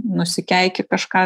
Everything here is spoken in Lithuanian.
nusikeiki kažką i